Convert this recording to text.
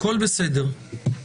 הכל בסדר.